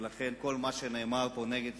ולכן כל מה שנאמר פה נגד